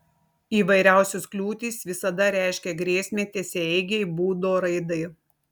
įvairiausios kliūtys visada reiškia grėsmę tiesiaeigei būdo raidai